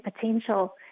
potential